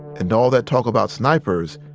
and all that talk about snipers,